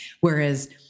Whereas